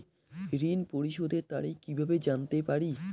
ঋণ পরিশোধের তারিখ কিভাবে জানতে পারি?